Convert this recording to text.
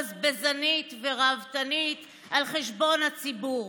בזבזנית ורהבתנית על חשבון הציבור.